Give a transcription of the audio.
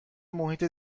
محیط